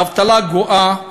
האבטלה גואה,